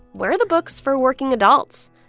where are the books for working adults?